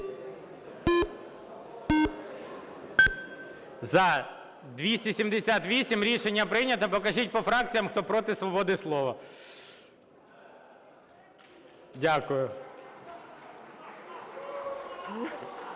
За-278 Рішення прийнято. Покажіть по фракціям, хто проти свободи слова. Дякую.